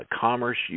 commerce